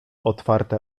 otwarte